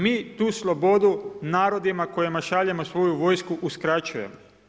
Mi tu slobodu narodima kojima šaljemo svoju vojsku, uskraćujemo.